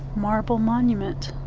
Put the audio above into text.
marble monument.